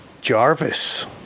Jarvis